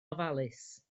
ofalus